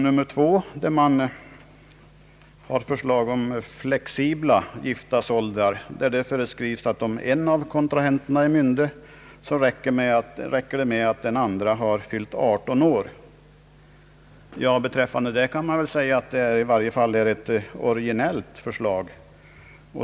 äktenskapsåldrar — om en av kontrahenterna är myndig, räcker det med att den andra har fyllt 18 år. Om det kan man väl säga, att det i varje fall är ett originellt förslag.